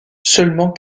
seulement